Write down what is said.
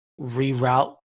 reroute